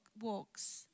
walks